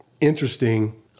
interesting